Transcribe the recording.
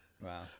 Wow